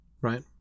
right